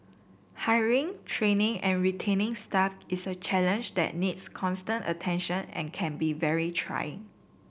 hiring training and retaining staff is a challenge that needs constant attention and can be very trying